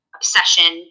obsession